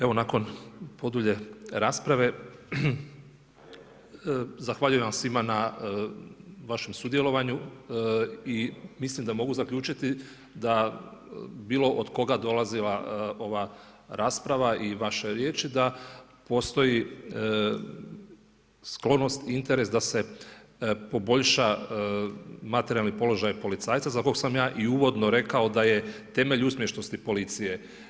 Evo nakon podulje rasprave zahvaljujem vam svima na vašem sudjelovanju i mislim da mogu zaključiti da bilo od koga dolazi ova rasprava i vaše riječi, da postoji sklonost, interes da se poboljša materijalni položaj policajca za kog sam ja i uvodno rekao da je temelj uspješnosti policije.